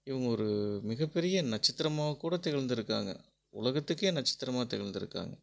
இவங்க ஒரு மிகப்பெரிய நட்சத்திரமாக கூட திகழ்ந்துருக்காங்க உலகத்துக்கே நட்சத்திரமாக திகழ்ந்துருக்காங்க